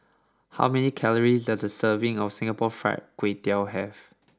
how many calories does a serving of Singapore Fried Kway Tiao have